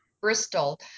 Bristol